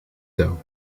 touw